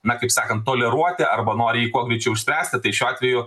na kaip sakant toleruoti arba nori jį kuo greičiau išspręsti tai šiuo atveju